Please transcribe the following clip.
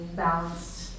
balanced